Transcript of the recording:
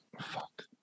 Fuck